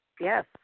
Yes